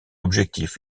objectif